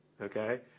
okay